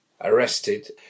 arrested